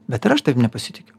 bet ir aš tavim nepasitikiu